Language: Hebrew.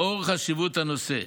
לאור חשיבות הנושא,